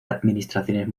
administraciones